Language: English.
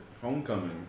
Homecoming